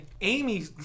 Amy